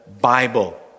Bible